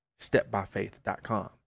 stepbyfaith.com